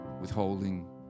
withholding